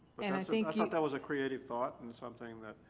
and i think you. i thought that was a creative thought and something that